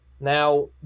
Now